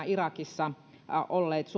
irakissa olleiden